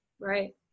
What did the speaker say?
Right